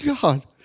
God